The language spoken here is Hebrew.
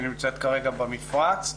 היא נמצאת כרגע במפרץ.